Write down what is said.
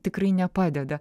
tikrai nepadeda